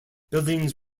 buildings